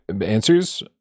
answers